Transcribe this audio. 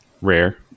Rare